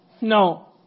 no